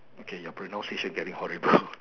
okay your pronunciation is getting horrible